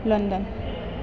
London